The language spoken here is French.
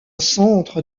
centre